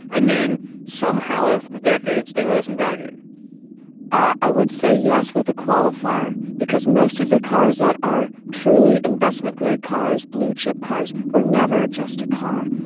and then somehow over the decades, they rose in value i would say yes with a qualifier, because most of the cars that are truly investment grade cars, blue chip cars were never just a car.